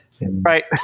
Right